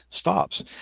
stops